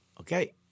Okay